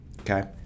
okay